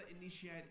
initiate